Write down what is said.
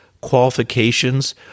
qualifications